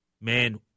man